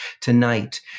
tonight